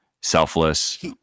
selfless